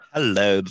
Hello